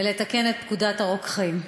לתקן את פקודת הרוקחים.